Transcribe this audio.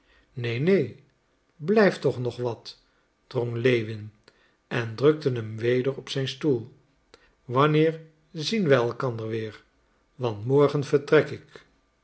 neen neen blijf toch nog wat drong lewin en drukte hem weder op zijn stoel wanneer zien wij elkander weer want morgen vertrek ik